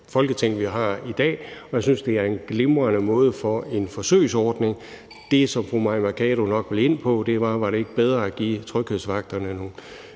Folketing, vi har i dag, og jeg synes, det er en glimrende måde i forhold til en forsøgsordning. Det, som fru Mai Mercado nok vil ind på, er, om det ikke var bedre at give tryghedsvagterne nogle